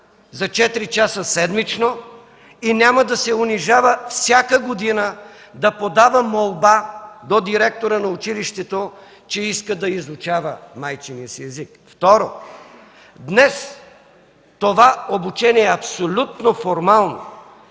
часа седмично и няма да се унижава всяка година да подава молба до директора на училището за изучаване на майчиния си език. Второ, днес това обучение е абсолютно формално.